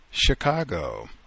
Chicago